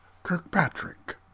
Kirkpatrick